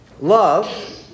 love